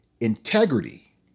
Integrity